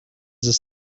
this